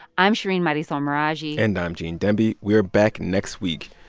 i'm shereen marisol meraji and i'm gene demby. we're back next week.